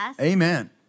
Amen